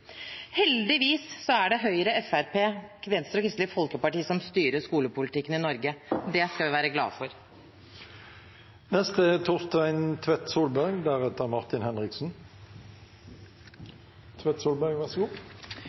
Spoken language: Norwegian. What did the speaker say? Heldigvis er det Høyre, Fremskrittspartiet, Venstre og Kristelig Folkeparti som styrer skolepolitikken i Norge. Det skal vi være glade for.